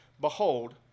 Behold